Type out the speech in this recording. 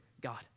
God